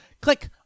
Click